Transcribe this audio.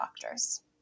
doctors